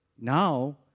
Now